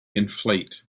inflate